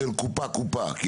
אני שואל, קופה, קופה.